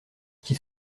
qui